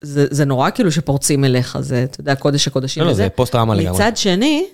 זה נורא כאילו שפורצים אליך, זה, אתה יודע, קודש הקודשים טזה. לא, זה פוסט-טראומה לגמרי. מצד שני...